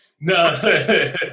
No